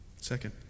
Second